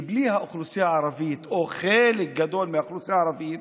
כי בלי האוכלוסייה הערבית או חלק גדול מהאוכלוסייה הערבית,